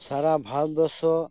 ᱥᱟᱨᱟ ᱵᱷᱟᱨᱚᱛ ᱵᱚᱨᱥᱚ